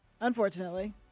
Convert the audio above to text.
unfortunately